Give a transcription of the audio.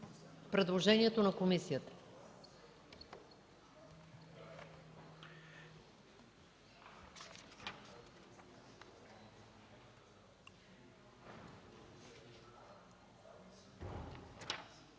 предложението на комисията